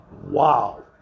Wow